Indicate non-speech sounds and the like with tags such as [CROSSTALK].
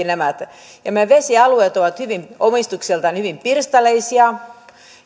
[UNINTELLIGIBLE] nämä ja nämä vesialueet ovat omistukseltaan hyvin pirstaleisia